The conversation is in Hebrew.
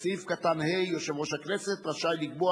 בסעיף קטן (ה) יושב-ראש הכנסת רשאי לקבוע